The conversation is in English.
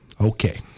Okay